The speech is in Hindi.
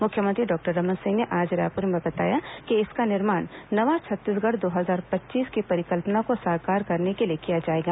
मुख्यमंत्री डॉक्टर रमन सिंह ने आज रायपुर में बताया कि इसका निर्माण नवा छत्तीसगढ़ दो हजार पच्चीस की परिकल्पना को साकार करने के लिए किया जाएगा